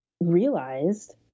realized